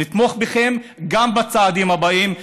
נתמוך בכם גם בצעדים הבאים,